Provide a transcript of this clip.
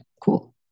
cool